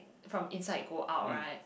from inside go out right